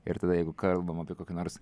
ir tada jeigu kalbam apie kokį nors